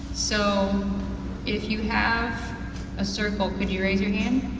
so if you have a circle could you raise your hand.